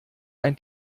ein